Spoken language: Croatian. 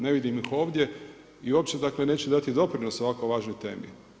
Ne vidim ih ovdje i uopće dakle, neće dati doprinos ovako važnoj temi.